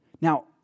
Now